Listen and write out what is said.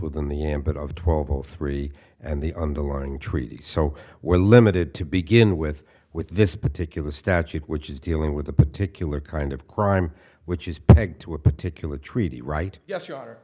within the ambit of twelve o three and the underlying treaty so we're limited to begin with with this particular statute which is dealing with a particular kind of crime which is pegged to a particular treaty right yes you are